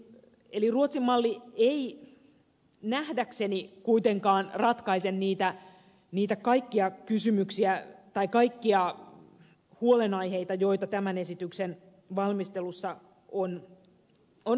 eli ruotsin malli ei nähdäkseni kuitenkaan ratkaise niitä kaikkia kysymyksiä tai kaikkia huolenaiheita joita tämän esityksen valmistelussa on ollut